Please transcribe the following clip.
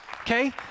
okay